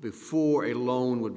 before a loan would be